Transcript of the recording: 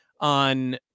on